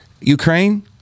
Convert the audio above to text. ukraine